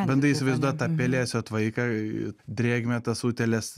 bandai įsivaizduot tą pelėsio tvaiką drėgmę tas utėles